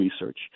research